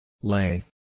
Lay